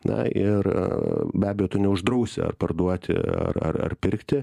na ir be abejo tu neuždrausi ar parduoti ar ar pirkti